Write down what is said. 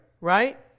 right